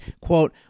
Quote